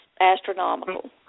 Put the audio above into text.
astronomical